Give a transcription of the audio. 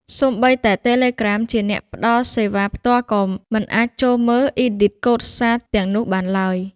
សូម្បីតែ Telegram ជាអ្នកផ្តល់សេវាផ្ទាល់ក៏មិនអាចចូលមើល ឬឌិកូដសារទាំងនោះបានដែរ។